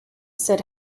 said